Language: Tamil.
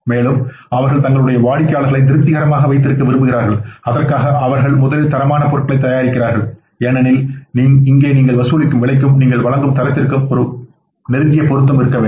மேலும் அவர்கள் தங்கள் வாடிக்கையாளர்களை திருப்திகரமாக வைத்திருக்க விரும்புகிறார்கள் அதற்காக அவர்கள் முதலில் தரமான பொருட்களை தயாரிக்கிறார்கள் ஏனெனில் இங்கே நீங்கள் வசூலிக்கும் விலைக்கும் நீங்கள் வழங்கும் தரத்திற்கும் ஒரு பொருத்தம் இருக்க வேண்டும்